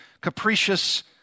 capricious